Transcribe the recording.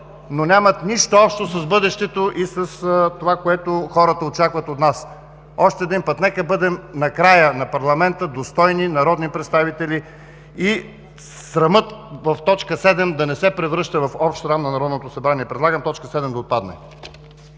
но нямат нищо общо с бъдещето и с това, което хората очакват от нас. Още един път – нека на края на парламента да бъдем достойни народни представители и срамът в точка седма да не се превръща в общ срам на Народното събрание. Предлагам точка седма да отпадне.